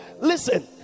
listen